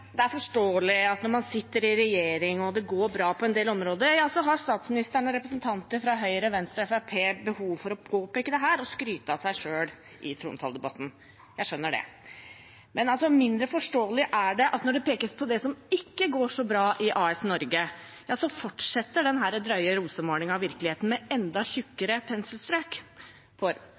regjering og det går bra på en del områder, at statsministeren og representanter fra Høyre, Venstre og Fremskrittspartiet har behov for å påpeke dette og skryte av seg selv i trontaledebatten. Jeg skjønner det, men mindre forståelig er det at når det pekes på det som ikke går så bra i AS Norge, så fortsetter denne drøye rosemalingen av virkeligheten med enda tykkere penselstrøk. For